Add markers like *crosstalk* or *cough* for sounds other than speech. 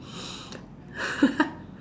*laughs*